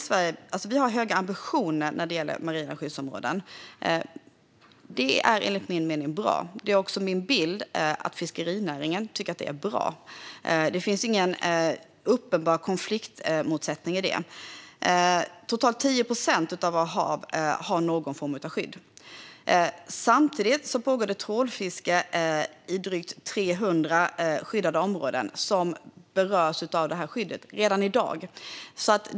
Sverige har höga ambitioner när det gäller marina skyddsområden. Det är enligt min mening bra. Det är också min bild att fiskerinäringen tycker att det är bra. Det finns ingen uppenbar motsättning i det. Totalt 10 procent av våra hav har någon form av skydd. Samtidigt pågår det redan i dag trålfiske i drygt 300 skyddade områden som berörs av det här skyddet.